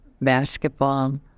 basketball